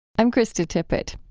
i'm krista tippett.